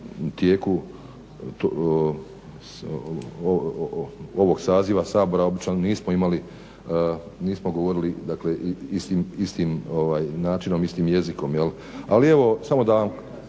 tijeku ovog saziva Sabora, obično nismo imali, nismo govorili istim načinom, istim jezikom. Ali evo samo da vam